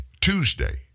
Tuesday